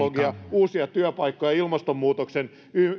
uusia työpaikkoja ilmastonmuutoksen